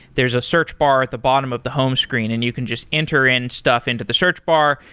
there's a search bar at the bottom of the home screen and you can just enter in stuff into the search bar.